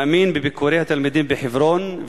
מאמין בביקורי התלמידים בחברון,